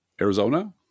Arizona